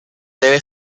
debe